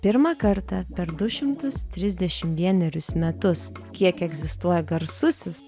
pirmą kartą per du šimtus trisdešimt vienerius metus kiek egzistuoja garsusis